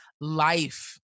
life